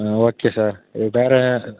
okay sir வேறு